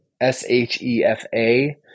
S-H-E-F-A